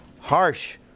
Harsh